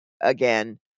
again